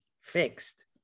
fixed